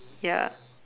ya